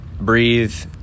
breathe